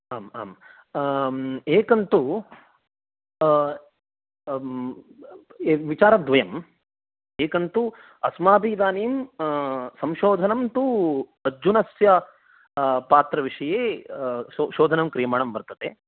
आम् आम् एकं तु विचारद्वयं एकं तु अस्माभिः इदानीं संशोधनं तु अर्जुनस्य पात्रविषये शोधनं क्रियमाणं वर्तते